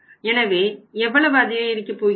எனவே எவ்வளவு அதிகரிக்கப் போகிறது